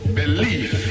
belief